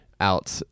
out